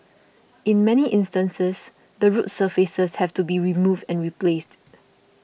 in many instances the road surfaces have to be removed and replaced